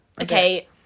okay